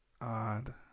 odd